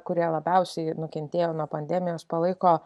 kurie labiausiai nukentėjo nuo pandemijos palaiko